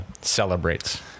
celebrates